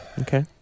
Okay